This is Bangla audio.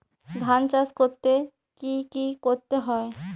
ধান চাষ করতে কি কি করতে হয়?